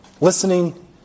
Listening